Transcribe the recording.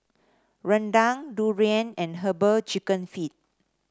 rendang durian and herbal chicken feet